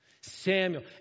Samuel